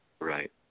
Right